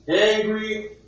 angry